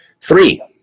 Three